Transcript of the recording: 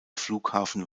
flughafen